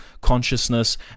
consciousness